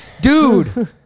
dude